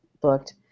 booked